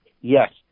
yes